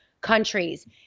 countries